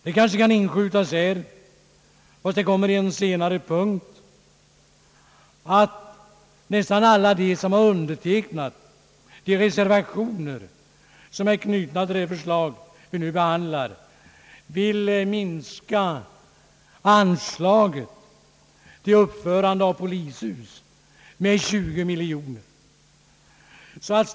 Det kanske kan inskjutas här — fast det kommer i en senare punkt — att nästan alla de utskottsledamöter som har undertecknat de reservationer, som är knutna till det förslag vi nu behandlar, vill minska anslagen till uppförande av polishus med 20 miljoner kronor.